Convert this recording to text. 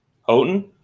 Houghton